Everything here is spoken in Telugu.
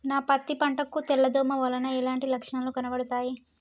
నా పత్తి పంట కు తెల్ల దోమ వలన ఎలాంటి లక్షణాలు కనబడుతాయి?